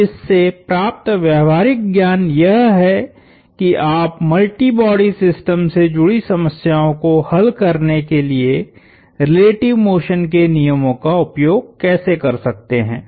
तो इससे प्राप्त व्यावहारिक ज्ञान यह है कि आप मल्टीबॉडी सिस्टम से जुड़ी समस्याओं को हल करने के लिए रिलेटिव मोशन के नियमों का उपयोग कैसे कर सकते हैं